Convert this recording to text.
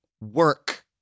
work